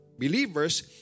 Believers